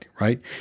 right